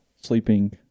sleeping